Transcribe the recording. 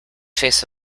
face